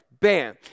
Bam